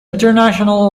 international